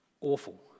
awful